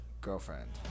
Girlfriend